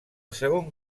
segon